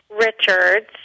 Richards